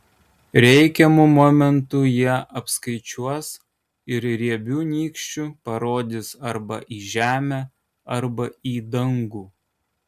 reikiamu momentu jie apskaičiuos ir riebiu nykščiu parodys arba į žemę arba į dangų